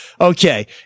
okay